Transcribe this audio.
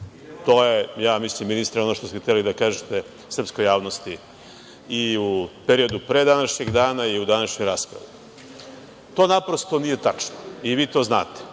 To je, ministre, ono što ste hteli da kažete srpskoj javnosti i u periodu pre današnjeg dana i u današnjoj raspravi. To naprosto nije tačno i vi to znate.